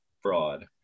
fraud